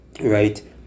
right